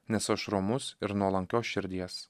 nes aš romus ir nuolankios širdies